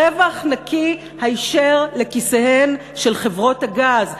רווח נקי היישר לכיסיהן של חברות הגז.